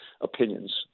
opinions